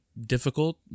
difficult